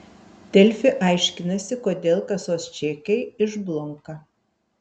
delfi aiškinasi kodėl kasos čekiai išblunka